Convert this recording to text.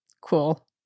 cool